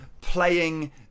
playing